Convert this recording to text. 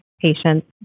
patients